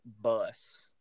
bus